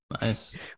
Nice